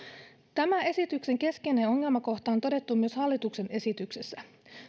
tämä esityksen keskeinen ongelmakohta on todettu myös hallituksen esityksessä